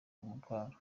umutwaro